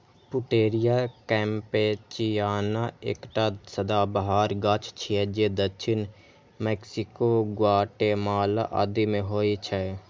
Pouteria कैम्पेचियाना एकटा सदाबहार गाछ छियै जे दक्षिण मैक्सिको, ग्वाटेमाला आदि मे होइ छै